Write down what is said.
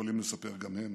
שיכולים לספר גם הם,